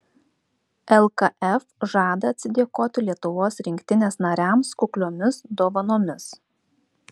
lkf žada atsidėkoti lietuvos rinktinės nariams kukliomis dovanomis